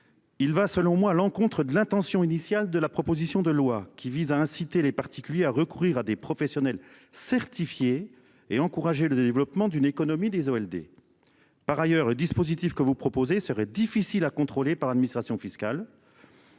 Il va selon moi à l'encontre de l'intention initiale de la proposition de loi qui vise à inciter les particuliers à recourir à des professionnels certifiés et encourager le développement d'une économie des ALD. Par ailleurs, le dispositif que vous proposez serait difficile à contrôler par l'administration fiscale.